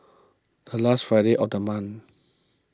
a last Friday of the month